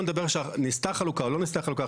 בוא נדבר על נעשה חלוקה או לא נעשתה חלוקה,